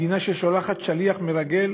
מדינה ששולחת שליח מרגל